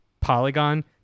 polygon